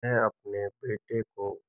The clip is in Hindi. मैं अपने बेटे को